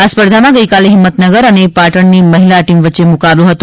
આ સ્પર્ધામાં ગઇકાલે હિંમતનગર અને પાટણની મહિલા ટીમ વચ્ચે મુકાબલો હતો